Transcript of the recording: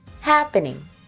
happening